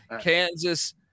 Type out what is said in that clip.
Kansas